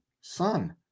son